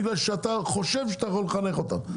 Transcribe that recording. בגלל שאתה חושב שאתה יכול לחנך אותם,